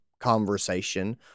conversation